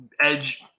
edge